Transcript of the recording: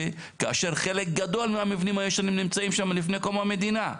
כאשר חלק גדול מהמבנים הישנים נמצאים שם לפני קום המדינה.